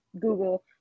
Google